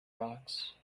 rocks